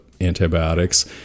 antibiotics